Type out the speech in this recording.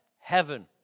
Heaven